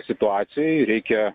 situacijai reikia